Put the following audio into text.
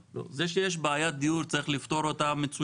שיש בעיית דיור וצריך לפתור אותה מצוין.